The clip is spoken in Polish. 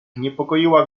niepokoiła